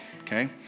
Okay